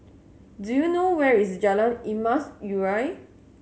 do you know where is Jalan Emas Urai